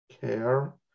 care